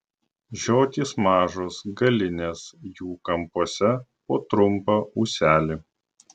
žiotys mažos galinės jų kampuose po trumpą ūselį